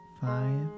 Five